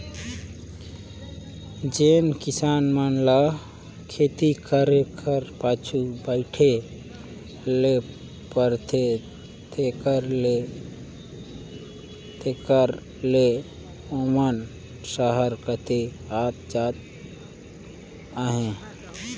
जेन किसान मन ल खेती करे कर पाछू बइठे ले परथे तेकर ले तेकर ले ओमन सहर कती आत जात अहें